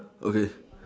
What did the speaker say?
okay